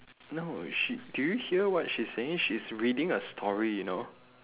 no she do you hear what she's saying she's reading a story you know